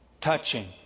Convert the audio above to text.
touching